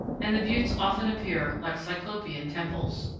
and the buttes often appear like cyclopean temples.